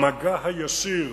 המגע הישיר